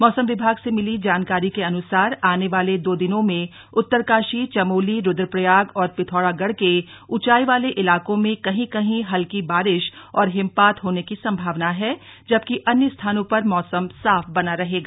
मौसम विभाग से मिली जानकारी के अनुसार आने वाले दो दिनों मे उत्तरकाशी चमोली रूद्रप्रयाग और पिथौरागढ़ के उचाई वाले इलाको मे कही कही हल्की बारिश और हिमपात होने की संभावना है जबकि अन्य स्थानों पर मौसम साफ बना रहेगा